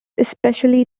especially